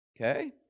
okay